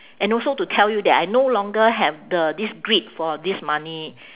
and also to tell you that I no longer have the this greed for this money